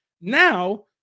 Now